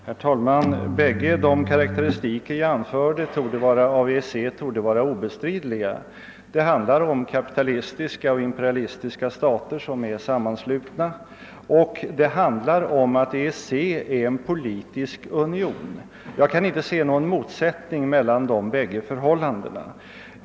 Herr talman! Riktigheten av båda de karakteristiker jag gjorde av EEC torde vara obestridlig. Det handlar om kapitalistiska, imperialistiska stater som är sammanslutna och det handlar om att EEC är en politisk union. Jag kan inte se någon motsättning mellan dessa bägge konstateranden.